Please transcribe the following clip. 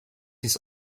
ist